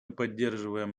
поддерживаем